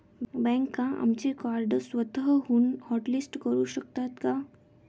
बँका आमचे कार्ड स्वतःहून हॉटलिस्ट करू शकतात का?